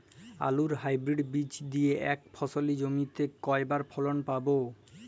আলুর হাইব্রিড বীজ দিয়ে এক ফসলী জমিতে কয়বার ফলন পাব?